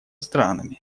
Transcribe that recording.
странами